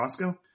Costco